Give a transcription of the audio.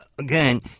again